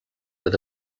with